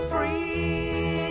Free